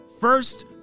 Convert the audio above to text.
First